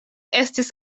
estis